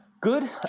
Good